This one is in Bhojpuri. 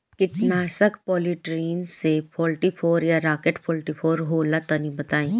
कीटनाशक पॉलीट्रिन सी फोर्टीफ़ोर या राकेट फोर्टीफोर होला तनि बताई?